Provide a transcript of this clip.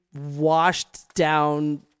washed-down